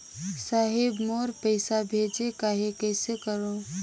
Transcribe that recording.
साहेब मोर पइसा भेजेक आहे, कइसे करो?